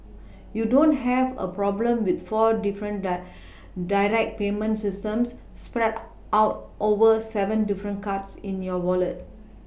you don't have a problem with four different direct payment systems spread out over seven different cards in your Wallet